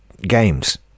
games